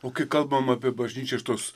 o kai kalbam apie bažnyčią iš tos